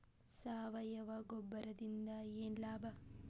ಸಾವಯವ ಗೊಬ್ಬರದಿಂದ ಏನ್ ಲಾಭ?